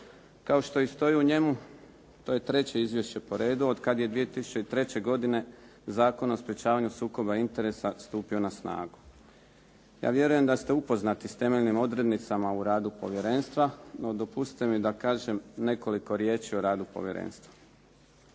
Kao što i stoji u njemu to je treće izvješće po redu od kad je 2003. godine Zakon o sprječavanju sukoba interesa stupio na snagu. Ja vjerujem da ste upoznati s temeljnim odrednicama u radu povjerenstva. No, dopustite mi da kažem nekoliko riječi o radu povjerenstva.